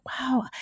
wow